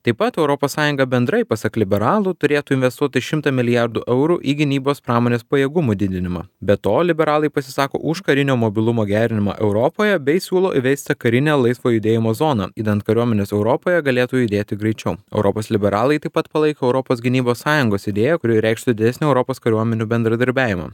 taip pat europos sąjunga bendrai pasak liberalų turėtų investuoti šimtą milijardų eurų į gynybos pramonės pajėgumų didinimą be to liberalai pasisako už karinio mobilumo gerinimą europoje bei siūlo įvesti karinę laisvo judėjimo zoną idant kariuomenės europoje galėtų judėti greičiau europos liberalai taip pat palaiko europos gynybos sąjungos idėją kuri reikštų didesnį europos kariuomenių bendradarbiavimą